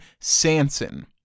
Sanson